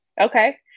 Okay